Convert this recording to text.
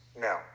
No